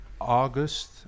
August